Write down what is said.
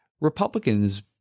Republicans